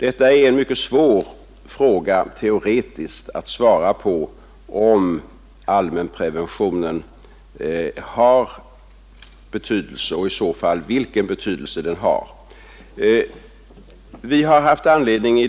Det är en mycket svår teoretisk fråga att svara på om allmänpreventionen har betydelse och i så fall vilken betydelse den har. Inom departementet har vi haft anledning